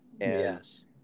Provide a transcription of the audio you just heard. Yes